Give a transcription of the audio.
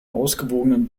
ausgewogenen